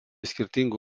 skirtingų